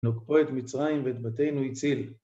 ‫נוגפו את מצרים ואת בתינו הציל.